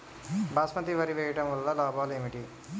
బాస్మతి వరి వేయటం వల్ల లాభాలు ఏమిటి?